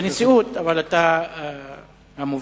בנשיאות, אבל אתה המוביל.